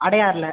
அடையாரில்